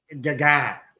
Gaga